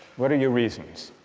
what are your reasons?